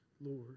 Lord